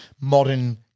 modern